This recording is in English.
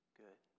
good